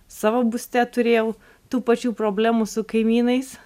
savo būste turėjau tų pačių problemų su kaimynais